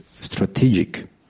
strategic